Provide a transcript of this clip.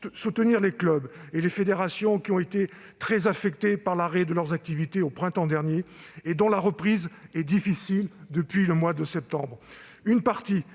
soutenir les clubs et les fédérations, qui ont été très affectés par l'arrêt de leurs activités au printemps dernier et dont la reprise est difficile depuis le mois de septembre.